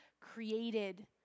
created